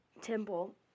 temple